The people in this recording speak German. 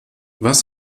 was